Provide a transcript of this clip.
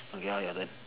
okay lor your turn